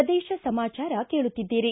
ಪ್ರದೇಶ ಸಮಾಚಾರ ಕೇಳುತ್ತಿದ್ದೀರಿ